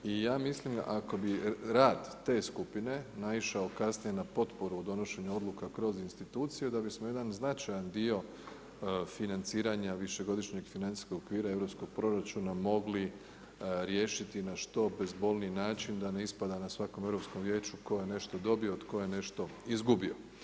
I ja mislim ako bi rad te skupine naišao kasnije na potporu u donošenja odluka kroz institucije da bismo jedan značajan dio financiranja višegodišnjeg financijskog okvira europskog proračuna mogli riješiti na što bezbolniji način da ne ispada na svakom Europskom vijeću tko je nešto dobio, tko je nešto izgubio.